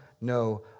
no